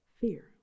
fear